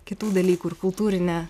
kitų dalykų ir kultūrinė